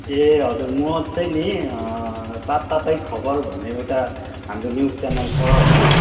ए हजुर म चाहिँ नि तात्तातै खबर भन्ने एउटा हाम्रो न्युज च्यानल छ होइन